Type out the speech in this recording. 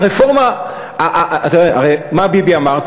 הרי מה ביבי אמר?